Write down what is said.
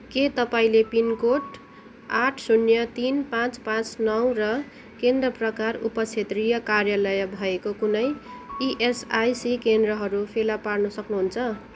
के तपाईँँले पिनकोड आठ शून्य तिन पाँच पाँच नौ र केन्द्र प्रकार उपक्षेत्रीय कार्यालय भएको कुनै इएसआइसी केन्द्रहरू फेला पार्न सक्नुहुन्छ